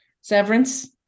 Severance